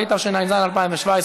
לפרוטוקול,